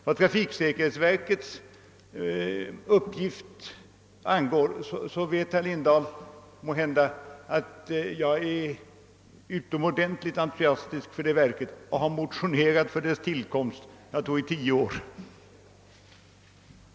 Vad trafiksäkerhetsverkets uppgifter angår vet herr Lindahl måhända att jag är utomordentligt entusiastisk över detta verk och har motionerat för dess tillkomst, jag tror under tio års tid.